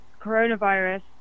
coronavirus